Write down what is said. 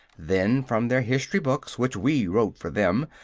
then, from their history-books, which we wrote for them,